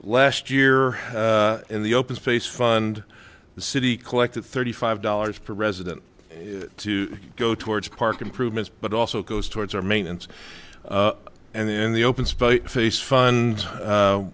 last year in the open space fund the city collected thirty five dollars per resident to go towards park improvements but also goes towards our maintenance and in the open space face fun